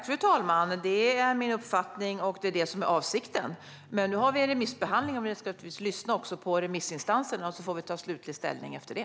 Fru talman! Det är min uppfattning, och det är avsikten. Nu har vi en remissbehandling. Vi ska lyssna också på remissinstanserna, och sedan får vi ta slutlig ställning efter det.